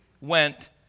went